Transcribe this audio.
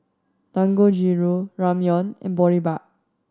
Dangojiru Ramyeon and Boribap